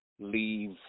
leave